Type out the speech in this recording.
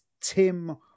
Tim